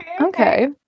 Okay